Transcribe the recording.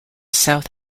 south